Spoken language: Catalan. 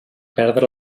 prendre